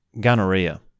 gonorrhea